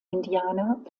indianer